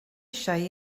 eisiau